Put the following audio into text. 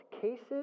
cases